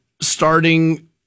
starting